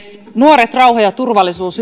nuoret rauha ja turvallisuus